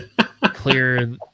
clear